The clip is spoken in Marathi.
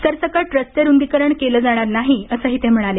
सरसकट रस्ते रुंदीकरण केले जाणार नाहीअसंही ते म्हणाले